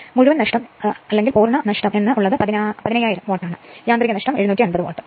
മുഴുവൻ നഷ്ടം എന്ന് ഉള്ളത് 15000 വാട്ട് ആണ് യാന്ത്രിക നഷ്ടം എന്ന് ഉള്ളത് 750 വാട്ട് ആണ്